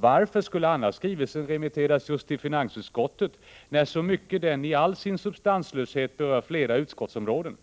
Varför skulle skrivelsen annars remitteras till just finansutskottet, när så mycket i den i all dess substanslöshet berör flera utskottsområden?